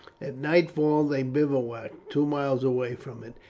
at nightfall they bivouacked two miles away from it,